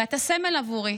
ואתה סמל עבורי